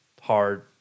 hard